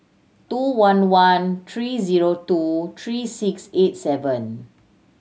two one one three zero two three six eight seven